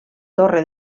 torre